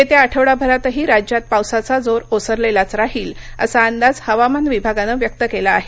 येत्या आठवडाभरातही राज्यात पावसाचा जोर ओसरलेलाच राहील असा अंदाज हवामान विभागानं व्यक्त केला आहे